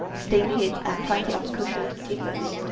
steam heat and plenty of cushioned divans,